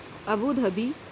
Abu Dhabi